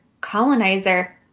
colonizer